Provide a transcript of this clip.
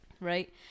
Right